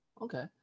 Okay